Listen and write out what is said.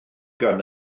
gan